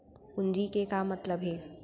पूंजी के का मतलब हे?